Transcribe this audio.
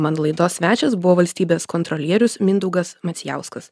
mano laidos svečias buvo valstybės kontrolierius mindaugas macijauskas